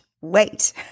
wait